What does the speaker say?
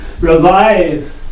revive